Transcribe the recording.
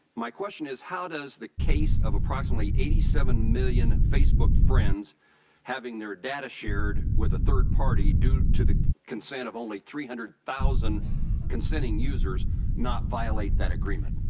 my question is, how does the case of approximately eighty seven million facebook friends having their data shared with a third party due to the consent of only three hundred thousand consenting users not violate that agreement?